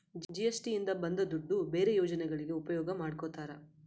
GST ಇಂದ ಬಂದ್ ದುಡ್ಡು ಬೇರೆ ಯೋಜನೆಗಳಿಗೆ ಉಪಯೋಗ ಮಾಡ್ಕೋತರ